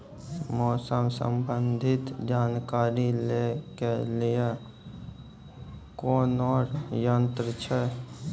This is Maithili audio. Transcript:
मौसम संबंधी जानकारी ले के लिए कोनोर यन्त्र छ?